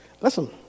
Listen